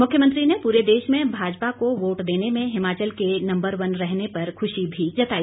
मुख्यमंत्री ने पूरे देश में भाजपा को वोट देने में हिमाचल के नम्बर वन रहने पर खुशी भी जताई